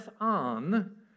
on